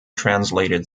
translated